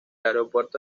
aeropuerto